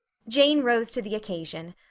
jane rose to the occasion.